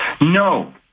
no